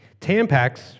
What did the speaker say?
Tampax